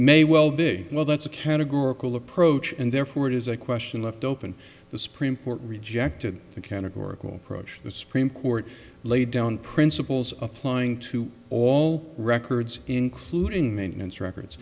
may well be well that's a categorical approach and therefore it is a question left open the supreme court rejected the categorical approach the supreme court laid down principles applying to all records including maintenance records